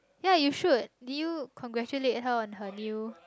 ya you should you congratulate her on her new